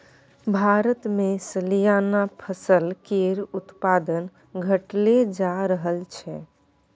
भारतमे सलियाना फसल केर उत्पादन घटले जा रहल छै